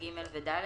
(ג) ו-(ד)